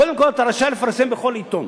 קודם כול, אתה רשאי לפרסם בכל עיתון.